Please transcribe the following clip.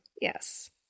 Yes